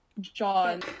John